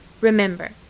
Remember